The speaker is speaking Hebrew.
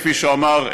וכפי שאמר,